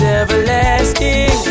everlasting